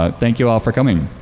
ah thank you all for coming.